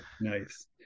Nice